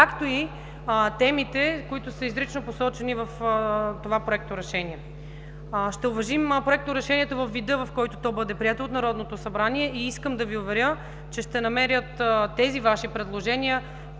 както и темите, които са изрично посочени в това проекторешение. Ще уважим проекторешението във вида, в който то бъде прието от Народното събрание и искам да Ви уверя, че тези Ваши предложения